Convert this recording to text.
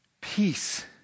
peace